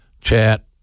chat